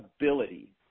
ability